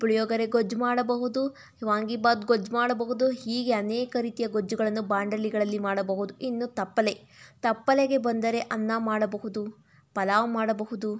ಪುಳಿಯೋಗರೆ ಗೊಜ್ಜು ಮಾಡಬಹುದು ವಾಂಗೀಬಾತ್ ಗೊಜ್ಜು ಮಾಡಬಹುದು ಹೀಗೆ ಅನೇಕ ರೀತಿಯ ಗೊಜ್ಜುಗಳನ್ನು ಬಾಣಲೆಗಳಲ್ಲಿ ಮಾಡಬಹುದು ಇನ್ನು ತಪ್ಪಲೆ ತಪ್ಪಲೆಗೆ ಬಂದರೆ ಅನ್ನ ಮಾಡಬಹುದು ಪಲಾವ್ ಮಾಡಬಹುದು